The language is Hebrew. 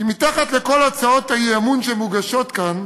כי מתחת לכל הצעות האי-אמון שמוגשות כאן,